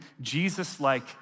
Jesus-like